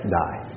die